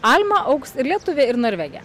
alma augs ir lietuvė ir norvegė